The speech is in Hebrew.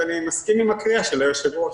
אני מסכים עם הקריאה של היושב-ראש.